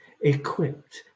equipped